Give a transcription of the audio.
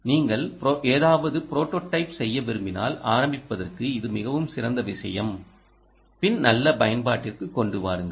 நீங்கள் ஏதாவது ப்ரோடோடைப் செய்ய விரும்பினால் ஆரம்பிப்பதற்கு இது மிகவும் சிறந்த விஷயம் பின் நல்ல பயன்பாட்டிற்குக் கொண்டுவாருங்கள்